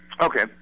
Okay